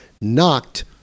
knocked